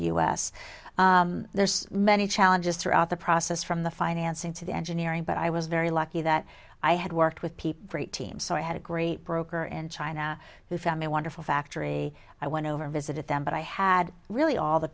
s there's many challenges throughout the process from the financing to the engineering but i was very lucky that i had worked with people for a team so i had a great broker in china who found a wonderful factory i went over and visited them but i had really all the